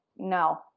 no